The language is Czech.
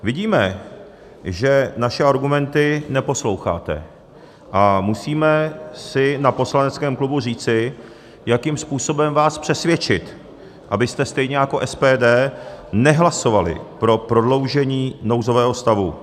Vidíme, že naše argumenty neposloucháte, a musíme si na poslaneckém klubu říci, jakým způsobem vás přesvědčit, abyste stejně jako SPD nehlasovali pro prodloužení nouzového stavu.